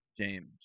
james